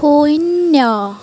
শূন্য